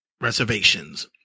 reservations